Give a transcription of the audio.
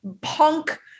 punk